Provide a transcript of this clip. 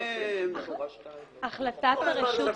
החלטת הרשות,